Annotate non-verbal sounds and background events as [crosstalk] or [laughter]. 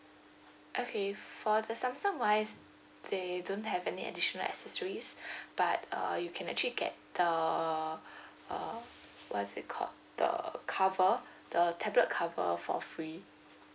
okay for the Samsung wise they don't have any additional accessories [breath] but uh you can actually get the [breath] uh what is it called the cover the tablet cover for free